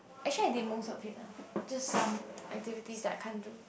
actually I did most of it ah just some activities that I can't do